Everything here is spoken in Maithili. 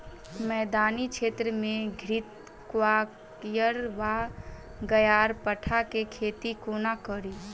मैदानी क्षेत्र मे घृतक्वाइर वा ग्यारपाठा केँ खेती कोना कड़ी?